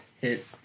hit